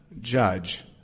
judge